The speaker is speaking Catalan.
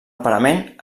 parament